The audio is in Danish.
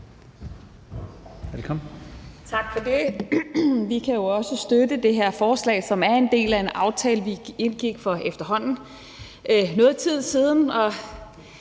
Tak for det. Vi kan også støtte det her forslag, som er en del af en aftale, vi indgik for efterhånden noget tid siden.